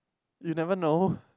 you never know